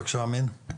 בבקשה, אמין.